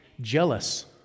jealous